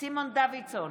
סימון דוידסון,